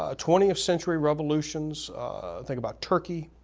ah twentieth century revolutions think about turkey